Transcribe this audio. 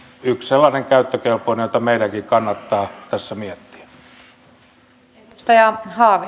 yksi sellainen käyttökelpoinen jota meidänkin kannattaa tässä miettiä